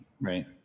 Right